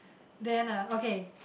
then ah okay